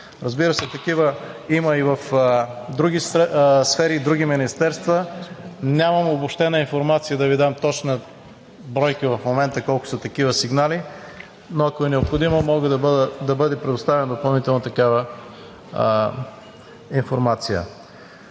Разбира се, такива има и в други сфери, и в други министерства – нямам обобщена информация да Ви дам точна бройка в момента колко са такива сигнали, но ако е необходимо, може да бъде предоставена допълнително такава информация.